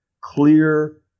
clear